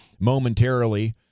momentarily